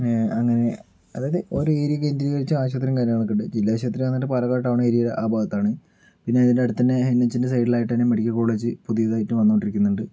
പിന്നെ അങ്ങനെ അതായത് ഓരോ ഏരിയ കേന്ദ്രീകരിച്ച് ആശുപത്രിയും കാര്യങ്ങളൊക്കെ ഉണ്ട് ജില്ലാ ആശുപത്രി വന്നിട്ട് പാലക്കാട് ടൗൺ ഏരിയ ആ ഭാഗത്താണ് പിന്നെ ഇതിൻ്റെ അടുത്ത് തന്നെ എൻഎച്ചിൻ്റെ സൈഡിലായിട്ട് തന്നെ മെഡിക്കൽ കോളേജ് പുതിയതായിട്ട് വന്നോണ്ടിരിക്കുന്നുണ്ട്